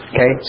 Okay